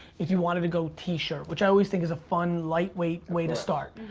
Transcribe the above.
if you wanted to go t-shirt, which i always think is a fun, light way way to start.